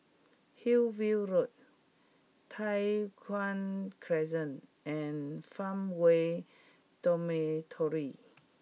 Hillview Road Tai Hwan Crescent and Farmway Dormitory